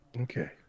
Okay